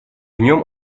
нем